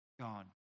God